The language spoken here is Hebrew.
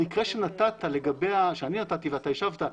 במקרה שאני נתתי ואתה השבת,